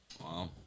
Wow